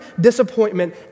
disappointment